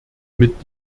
mit